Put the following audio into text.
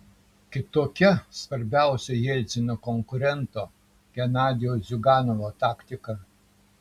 kitokia svarbiausio jelcino konkurento genadijaus ziuganovo taktika